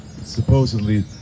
Supposedly